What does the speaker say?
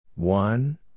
One